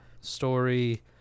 story